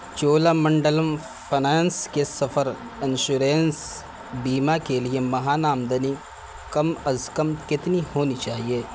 چولا Mandalam finance کے سفر insurance بیمہ کے لیے ماہانہ آمدنی کم از کم کتنی ہونی چاہیے